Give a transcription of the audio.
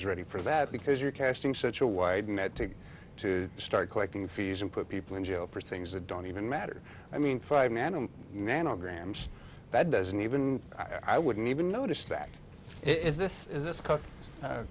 is ready for that because you're casting such a wide net to to start collecting fees and put people in jail for things that don't even matter i mean five man i'm nanograms bed doesn't even i wouldn't even notice that it is this is this